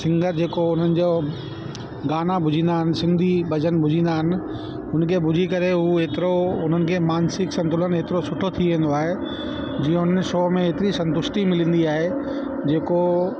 singer जेको हुननि जो गाना बुधंदा आहिनि सिंधी भॼन बुधंदा आहिनि हुनखे बुधी करे हू एतिरो हुननि खे मानसिक संतुलन एतिरो सुठो थी वेंदो आहे जीअं हुन शो में एतिरी संतुष्टी मिलंदी आहे जेको